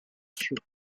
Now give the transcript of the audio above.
truth